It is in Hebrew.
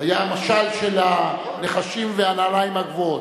היה משל של הנחשים והנעליים הגבוהות.